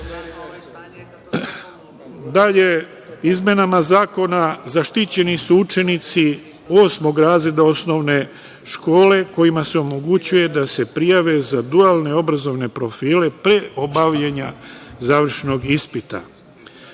Dalje, izmenama zakona zaštićeni su učenici osmog razreda osnovne škole kojima se omogućuje da se prijave za dualne obrazovne profile pre obavljanja završnog ispita. Nisam